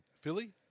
Philly